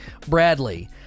Bradley